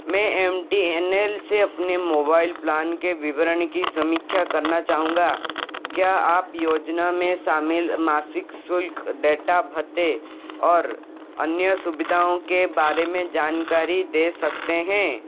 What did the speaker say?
मैं M T N L से अपने मोबाइल प्लान के विवरण की समीक्षा करना चाहूँगा क्या आप योजना में शामिल मासिक शुल्क डेटा भत्ते और अन्य सुविधाओं के बारे में जानकारी दे सकते हैं